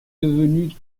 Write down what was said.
devenus